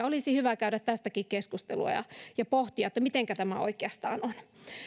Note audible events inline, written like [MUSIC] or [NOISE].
[UNINTELLIGIBLE] olisi hyvä käydä tästäkin keskustelua ja ja pohtia että mitenkä tämä oikeastaan on